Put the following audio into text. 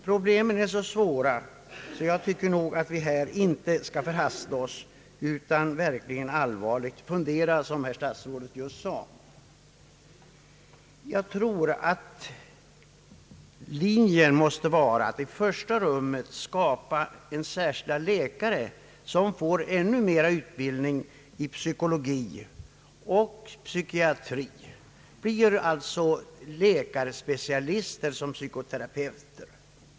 Problemen är så svåra att jag tycker att vi inte skall förhasta oss utan verkligen allvarligt fundera, som statsrådet just sade. Jag tror att linjen måste vara att man i första rummet får särskilda läkare med ännu mer utbildning i psykologi och psykiatri, alltså läkarspecialister, som psykoterapeuter.